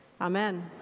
Amen